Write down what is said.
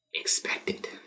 expected